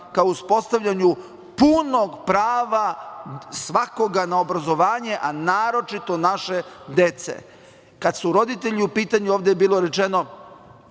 ka uspostavljanju punog prava svakoga na obrazovanje, a naročito naše dece. Kada su roditelji u pitanju ovde je bilo rečeno